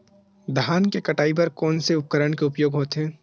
धान के कटाई बर कोन से उपकरण के उपयोग होथे?